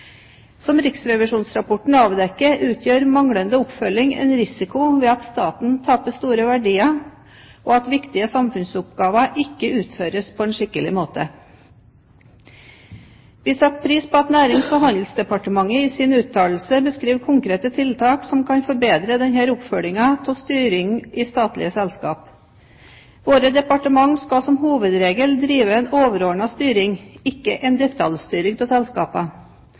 Som riksrevisjonsrapporten avdekker, utgjør manglende oppfølging en risiko ved at staten taper store verdier, og ved at viktige samfunnsoppgaver ikke utføres på en skikkelig måte. Vi setter pris på at Nærings- og handelsdepartementet i sin uttalelse beskriver konkrete tiltak som kan forbedre denne oppfølgingen av styring i statlige selskaper. Våre departementer skal som hovedregel drive en overordnet styring, ikke en detaljstyring av selskapene.